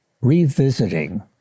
revisiting